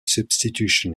substitution